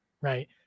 right